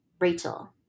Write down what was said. Rachel